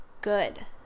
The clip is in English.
good